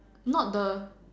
not the